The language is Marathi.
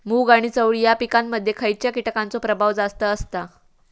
मूग आणि चवळी या पिकांमध्ये खैयच्या कीटकांचो प्रभाव जास्त असता?